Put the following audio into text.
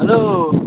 hello